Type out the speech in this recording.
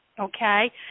Okay